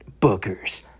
Bookers